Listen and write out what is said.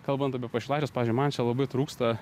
kalbant apie pašilaičius pavyzdžiui man čia labai trūksta